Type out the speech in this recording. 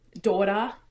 daughter